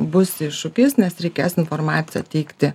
bus iššūkis nes reikės informaciją teikti